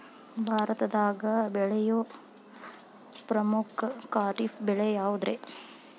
ಭಾರತದಾಗ ಬೆಳೆಯೋ ಪ್ರಮುಖ ಖಾರಿಫ್ ಬೆಳೆ ಯಾವುದ್ರೇ?